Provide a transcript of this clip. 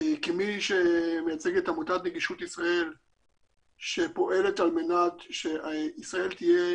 כמי שמייצג את עמותת נגישות ישראל שפועלת על מנת שישראל תהיה